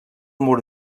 mur